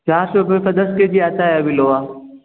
चार सौ पर दस के जी आता है अभी लोहा